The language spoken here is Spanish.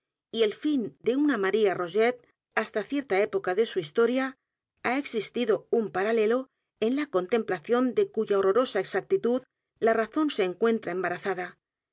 y el fin de una maría rogét hasta cierta época de su historia h a existido un paralelo en la contemplación de cuya h o r r o r o s a exactitud la razón se encuentra embarazadadigo